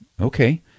Okay